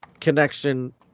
connection